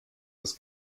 das